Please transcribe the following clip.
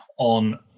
on